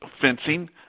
fencing